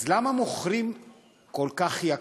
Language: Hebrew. אז למה מוכרים כל כך ביוקר?